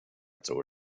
tror